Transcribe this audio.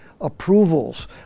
approvals